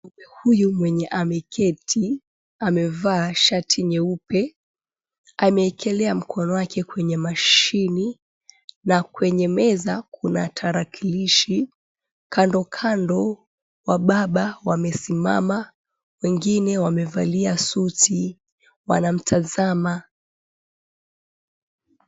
Mume huyu mwenye ameketi amevaa shati nyeupe, ameekelea mkono wake kwenye mashini na kwenye meza kuna tarakilishi. Kando kando wababa wamesimama wengine wamevalia suti wanamtazama.